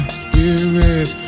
spirit